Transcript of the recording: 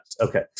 okay